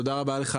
תודה רבה לך,